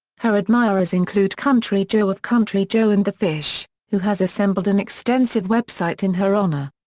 her admirers include country joe of country joe and the fish, who has assembled an extensive website in her honour.